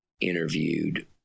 interviewed